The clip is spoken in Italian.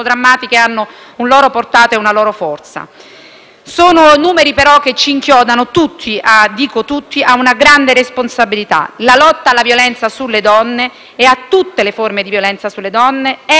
Sono numeri però che ci inchiodano tutti a una grande responsabilità: la lotta alla violenza sulle donne e a tutte le forme di violenza sulle donne è e deve continuare a essere una priorità per tutti,